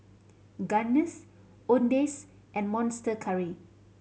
Guinness Owndays and Monster Curry